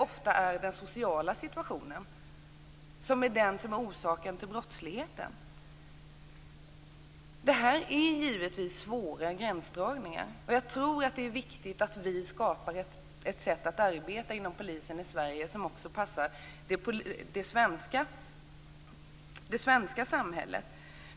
Oftast är den sociala situationen orsak till brottsligheten. Givetvis är det svåra gränsdragningar. Det är viktigt att vi skapar ett arbetssätt inom polisen i Sverige som passar det svenska samhället.